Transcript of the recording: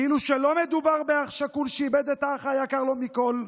כאילו שלא מדובר באח שכול שאיבד את האח היקר מכול,